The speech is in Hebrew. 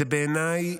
בעיניי,